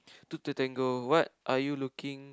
to the tangle what are you looking